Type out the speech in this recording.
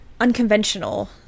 unconventional